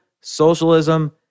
socialism